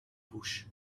bush